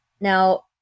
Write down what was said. now